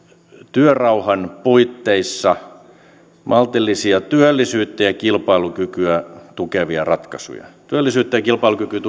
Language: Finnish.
työrauhan puitteissa maltillisia työllisyyttä ja kilpailukykyä tukevia ratkaisuja työllisyyttä ja kilpailukykyä